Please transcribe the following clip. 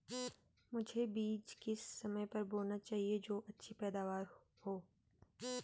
मुझे बीज किस समय पर बोना चाहिए जो अच्छी पैदावार हो?